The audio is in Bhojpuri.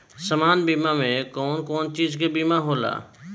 सामान्य बीमा में कवन कवन चीज के बीमा होला?